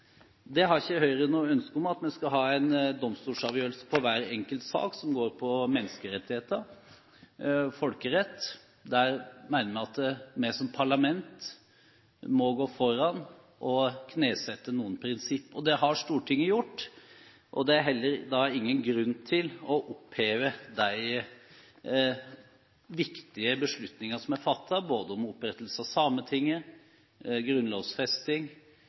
Høyre har ikke noe ønske om at man skal ha en domstolsavgjørelse i hver enkelt sak som går på menneskerettigheter og folkerett. Der mener vi at vi som parlament må gå foran og knesette noen prinsipper. Det har Stortinget gjort. Det er heller ingen grunn til å oppheve de viktige beslutningene som er fattet, både om opprettelsen av Sametinget,